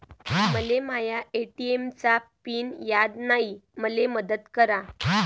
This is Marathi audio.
मले माया ए.टी.एम चा पिन याद नायी, मले मदत करा